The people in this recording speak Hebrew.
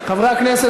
חברי הכנסת,